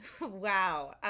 Wow